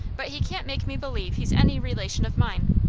but he can't make me believe he's any relation of mine.